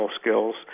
skills